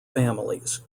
families